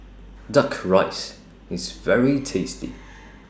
Duck Rice IS very tasty